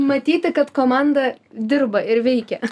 matyti kad komanda dirba ir veikia